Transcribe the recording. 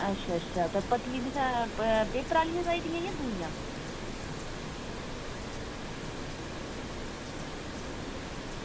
ते पत्तलीं तुसें पेपर आह्लियां चाही दियां जां दूइयां